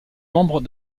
membres